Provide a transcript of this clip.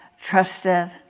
trusted